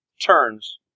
turns